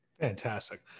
Fantastic